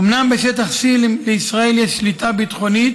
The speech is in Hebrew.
אומנם בשטח C לישראל יש שליטה ביטחונית